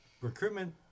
recruitment